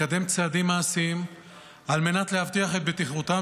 לקדם צעדים מעשיים על מנת להבטיח את בטיחותם